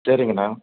சரிங்கண்ணா